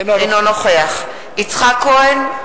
אינו נוכח יצחק כהן,